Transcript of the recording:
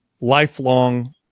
lifelong